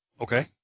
Okay